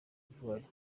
d’ivoire